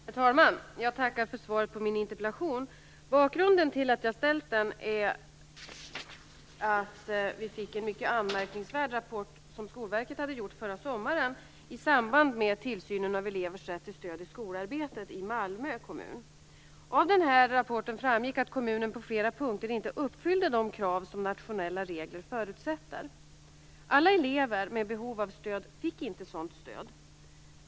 Herr talman! Jag tackar för svaret på min interpellation. Bakgrunden till att jag har ställt interpellationen är att vi fick en mycket anmärkningsvärd rapport som Skolverket hade gjort förra sommaren i samband med tillsynen av elevers rätt till stöd i skolarbetet i Malmö kommun. Av den rapporten framgick att kommunen på flera punkter inte uppfyllde de krav som nationella regler förutsätter. Alla elever med behov av stöd fick inte sådant stöd.